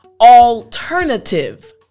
alternative